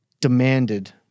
demanded